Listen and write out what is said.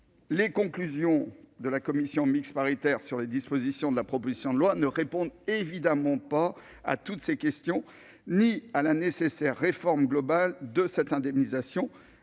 Les conclusions de la commission mixte paritaire sur les dispositions de la proposition de loi ne répondent évidemment pas à toutes ces questions, pas plus qu'à la nécessaire réforme globale de cette indemnisation,